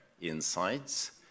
insights